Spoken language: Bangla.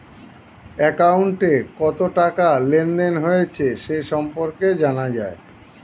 অ্যাকাউন্টে কত টাকা লেনদেন হয়েছে সে সম্পর্কে জানা যায়